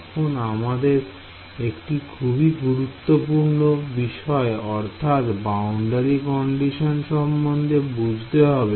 এখন আমাদের একটি খুবই গুরুত্বপূর্ণ বিষয় অর্থাৎ বাউন্ডারি কন্ডিশন সম্বন্ধে বুঝতে হবে